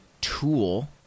tool